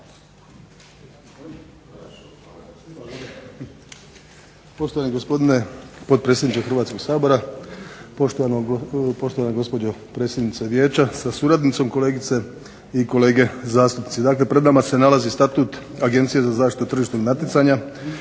Poštovani gospodine potpredsjedniče Hrvatskog sabora, poštovana gospođo predsjednice Vijeća sa suradnicom, kolegice i kolege zastupnici. Dakle, pred nama se nalazi Statut Agencije za zaštitu tržišnog natjecanja